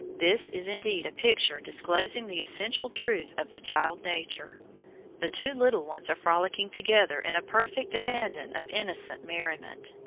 this is indeed a picture disclosing the essential truth of the child nature the two little ones are frolicking together in a perfect abandon of innocent merriment.